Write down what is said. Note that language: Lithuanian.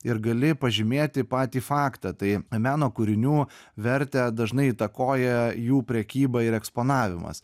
ir gali pažymėti patį faktą tai meno kūrinių vertę dažnai įtakoja jų prekyba ir eksponavimas